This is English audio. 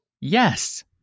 Yes